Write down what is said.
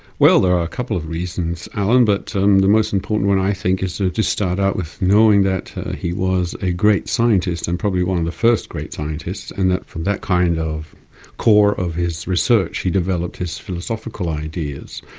well, there are a couple of reasons, alan, but um the most important one i think is ah to just start out with knowing that he was a great scientist, and probably one of the first great scientists, and that from that kind of core of his research, he developed his philosophical ideas,